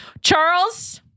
Charles